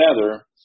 together